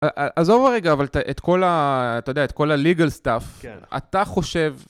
עזוב רגע, אבל את כל ה... אתה יודע, את כל הליגל סטאפ, אתה חושב...